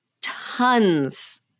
tons